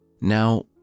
Now